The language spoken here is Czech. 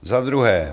Za druhé.